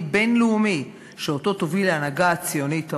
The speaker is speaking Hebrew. בין-לאומי שאותו תוביל ההנהגה הציונית העולמית.